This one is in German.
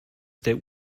der